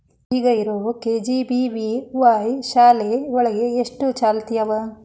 ಈಗ ಇರೋ ಕೆ.ಜಿ.ಬಿ.ವಿ.ವಾಯ್ ಶಾಲೆ ಒಳಗ ಎಷ್ಟ ಚಾಲ್ತಿ ಅವ?